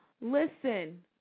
Listen